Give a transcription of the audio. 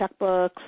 checkbooks